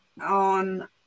on